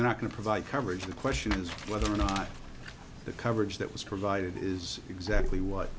they're not going to provide coverage the question is whether or not the coverage that was provided is exactly what